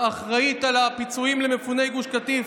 האחראית על הפיצויים למפוני גוש קטיף.